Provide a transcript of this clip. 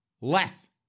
less